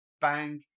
bang